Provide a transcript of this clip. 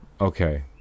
Okay